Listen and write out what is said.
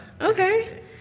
Okay